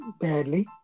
Badly